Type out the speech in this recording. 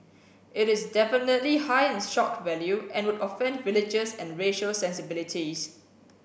it is definitely high in shock value and would offend religious and racial sensibilities